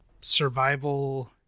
survival